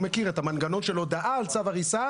הוא מכיר את המנגנון על הודעה של צו הריסה.